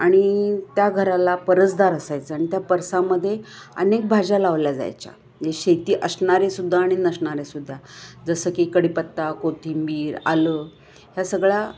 आणि त्या घराला परसदार असायचं आणि त्या परसामदे अनेक भाज्या लावल्या जायच्या शेती असणारेसुद्धा आणि नसणारेसुद्धा जसं की कडीपत्ता कोथिंबीर आलं ह्या सगळ्या